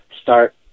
start